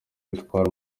bitwara